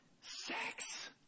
sex